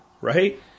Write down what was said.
right